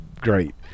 great